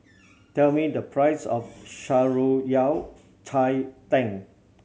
tell me the price of Shan Rui Yao Cai Tang